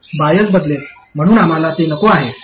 तर बायस बदलेल म्हणून आम्हाला ते नको आहे